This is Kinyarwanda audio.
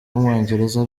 w’umwongereza